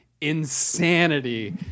insanity